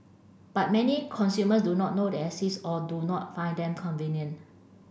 but many consumers do not know they exist or do not find them convenient